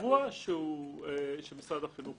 קבוע שמשרד החינוך מקציב.